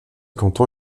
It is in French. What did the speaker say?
canton